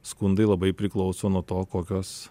skundai labai priklauso nuo to kokios